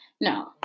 No